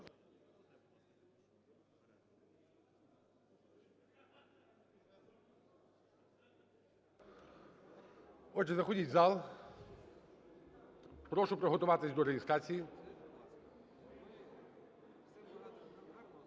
Отже, заходіть в зал. Прошу приготуватись до реєстрації.